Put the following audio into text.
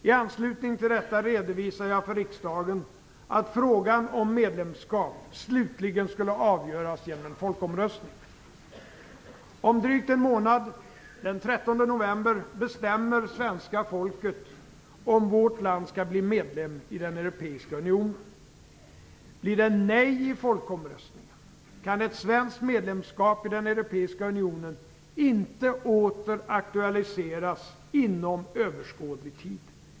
I anslutning till detta redovisade jag för riksdagen att frågan om medlemskap slutligen skulle avgöras genom en folkomröstning. Om drygt en månad, den 13 november, bestämmer svenska folket om vårt land skall bli medlem i Blir det nej i folkomröstningen kan ett svenskt medlemskap i Europeiska unionen inte åter aktualiseras inom överskådlig tid.